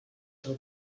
del